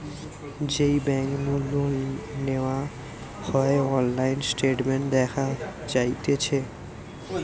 যেই বেংক নু লোন নেওয়া হয়অনলাইন স্টেটমেন্ট দেখা যাতিছে